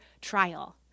trial